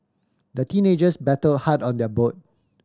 the teenagers paddled hard on their boat